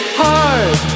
hard